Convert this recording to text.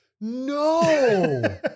no